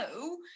No